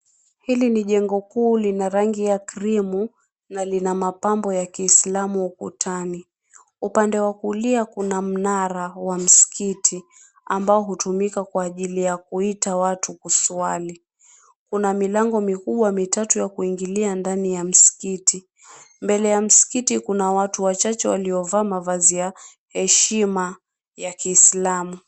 Hili ni jengo kuu, lina rangi ya krimu na lina mapambo ya kiislamu. Ukutani, upande wa kulia, kuna mnara wa msikiti ambao hutumika kwa ajili ya kuita watu kuswali. Kuna milango mikubwa mitatu ya kuingilia ndani ya msikiti. Mbele ya msikiti kuna watu wachache waliovaa mavazi ya heshima ya kiislamu.